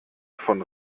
von